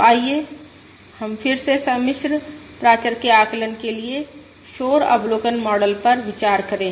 तो आइए हम फिर से सम्मिश्र प्राचर के आकलन के लिए शोर अवलोकन मॉडल पर विचार करें